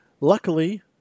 Luckily